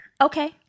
Okay